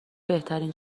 بهترین